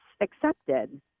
accepted